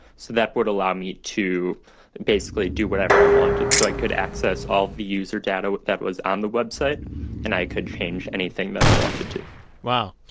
so that would allow me to basically do whatever i wanted. so i could access all the user data that was on the website and i could change anything that i wanted to wow.